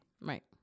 Right